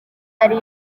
ari